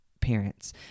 parents